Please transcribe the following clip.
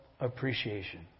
appreciation